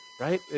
right